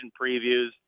previews